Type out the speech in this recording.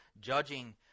judging